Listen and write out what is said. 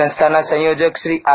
સંસ્થાના સંયોજક શ્રી આર